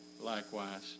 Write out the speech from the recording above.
likewise